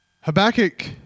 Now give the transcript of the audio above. Habakkuk